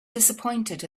disappointed